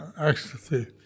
ecstasy